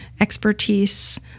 expertise